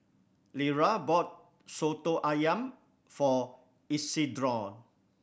Lera bought Soto Ayam for Isidro